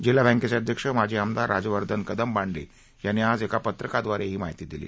जिल्हा बँकेचे अध्यक्ष माजी आमदार राजवर्धन कदमबांडे यांनी आज एका पत्रकाव्दारे ही माहिती दिली